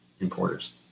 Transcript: importers